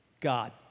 God